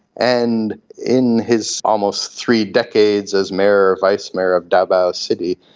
and in his almost three decades as mayor or vice mayor of davao city,